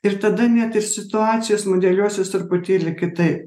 ir tada net ir situacijos modeliuosis truputėlį kitaip